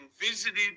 visited